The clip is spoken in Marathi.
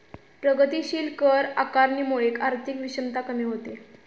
प्रगतीशील कर आकारणीमुळे आर्थिक विषमता कमी होते